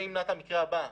זה ימנע את המקרה הבא.